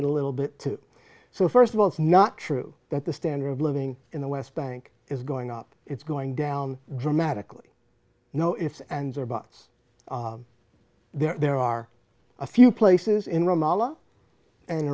dissected a little bit too so first of all it's not true that the standard of living in the west bank is going up it's going down dramatically no ifs ands or buts there are a few places in ramallah and